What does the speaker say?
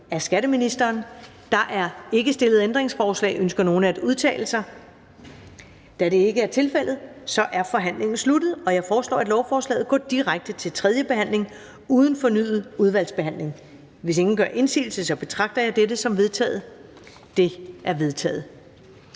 Ellemann): Der er ikke stillet ændringsforslag. Ønsker nogen at udtale sig? Da det ikke er tilfældet, er forhandlingen sluttet. Jeg foreslår, at lovforslaget går direkte til tredje behandling uden fornyet udvalgsbehandling. Hvis ingen gør indsigelse, betragter jeg dette som vedtaget. Det er vedtaget.